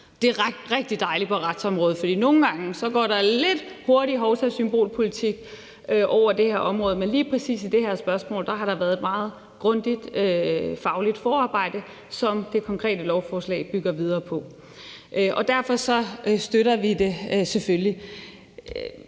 Det er rigtig dejligt på retsområdet, for nogle gange går der lidt hurtigt hovsasymbolpolitik i det her område, men lige præcis om det her spørgsmål har der været et meget grundigt fagligt forarbejde, som det konkrete lovforslag bygger videre på. Derfor støtter vi det selvfølgelig.